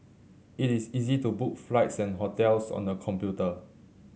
it is easy to book flights and hotels on the computer